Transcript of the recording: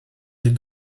est